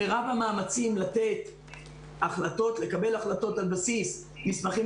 מירב המאמצים לקבל החלטות על בסיס מסמכים